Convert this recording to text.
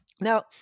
Now